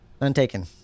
Untaken